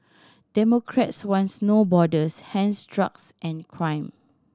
democrats wants No Borders hence drugs and crime